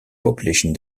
population